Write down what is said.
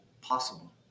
possible